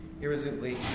Irresolutely